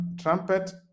trumpet